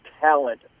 talent